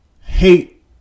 Hate